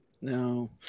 No